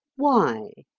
why?